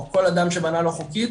או כל אדם שבנה לא חוקית,